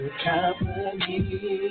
company